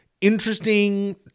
interesting